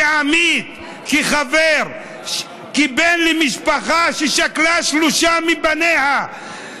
כעמית, כחבר, כבן למשפחה ששכלה שלושה מבניה,